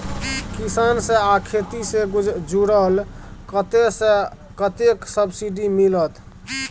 किसान से आ खेती से जुरल कतय से आ कतेक सबसिडी मिलत?